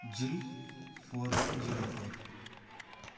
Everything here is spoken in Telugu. Jil four one zero four